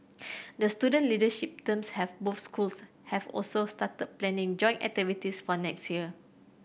the student leadership terms have both schools have also started planning joint activities for next year